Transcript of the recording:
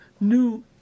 new